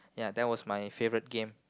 ya that was my favourite game